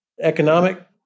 economic